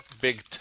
big